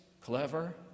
clever